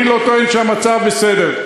אני לא טוען שהמצב בסדר.